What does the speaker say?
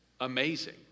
Amazing